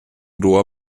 rohr